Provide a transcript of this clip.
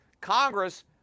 Congress